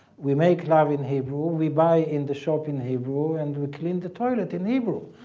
we make love in hebrew. we buy in the shop in hebrew and we clean the toilet in hebrew.